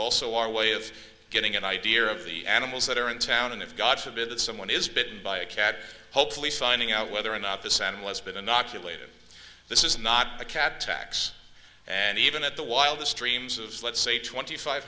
also our way of getting an idea of the animals that are in town and if god forbid that someone is bitten by a cat hopefully finding out whether or not this animal has been inoculated this is not a cat tax and even at the wildest dreams of let's say twenty five